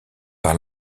par